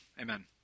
Amen